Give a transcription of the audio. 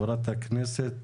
התכנון בארץ?